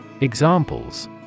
Examples –